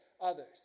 others